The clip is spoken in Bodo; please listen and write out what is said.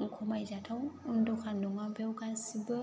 खमाय जाथाव दखान नङा बेव गासिबो